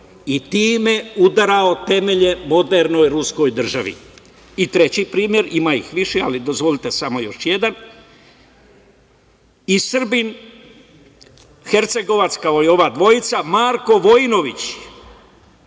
i time udarao temelje modernoj ruskoj državi. Treći primer, ima ih više ali dozvolite samo još jedan, i Srbin, Hercegovac, kao i ova dvojica, Marko Vojinović